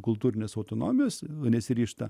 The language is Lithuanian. kultūrinės autonomijos nesiryžta